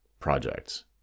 projects